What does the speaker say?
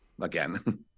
again